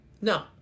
No